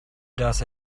does